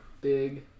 big